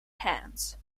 hands